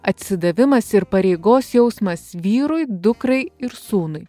atsidavimas ir pareigos jausmas vyrui dukrai ir sūnui